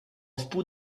wpół